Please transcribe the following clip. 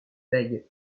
bègue